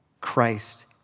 Christ